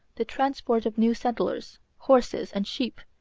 the transport of new settlers, horses, and sheep,